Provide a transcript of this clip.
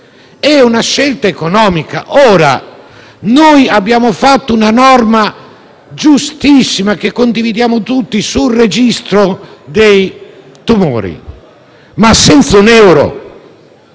di una scelta economica. Noi abbiamo approvato una norma giustissima, che condividiamo tutti, sul registro dei tumori, ma senza un euro.